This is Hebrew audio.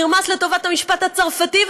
נרמס לטובת המשפט הצרפתי,